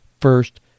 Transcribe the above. first